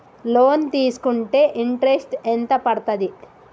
Loan తీస్కుంటే interest ఎంత పడ్తది?